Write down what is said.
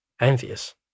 Envious